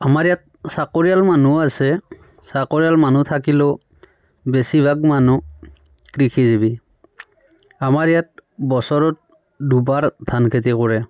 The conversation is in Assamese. আমাৰ ইয়াত চাকৰিয়াল মানুহো আছে চাকৰিয়াল মানুহ থাকিলেও বেছিভাগ মানুহ কৃষিজীৱী আমাৰ ইয়াত বছৰত দুবাৰ ধান খেতি কৰে